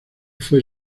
fue